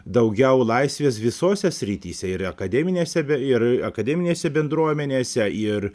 daugiau laisvės visose srityse ir akademinėse ir akademinėse bendruomenėse ir